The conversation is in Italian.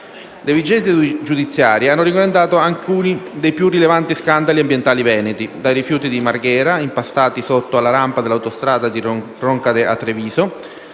Le vicende giudiziarie hanno riguardato alcuni dei più rilevanti scandali ambientali veneti: dai rifiuti di Marghera, impastati sotto la rampa dell'autostrada di Roncade a Treviso,